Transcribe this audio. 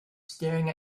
staring